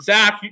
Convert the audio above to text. Zach